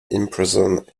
imprisoned